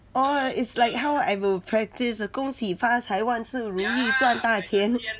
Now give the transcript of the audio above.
orh is like how I will practice the 恭喜发财万事如意赚大钱